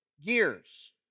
gears